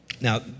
Now